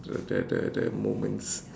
the the the the moments